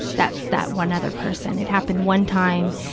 that that one other person. it happened one time,